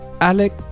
Alec